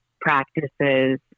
practices